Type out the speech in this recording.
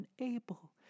unable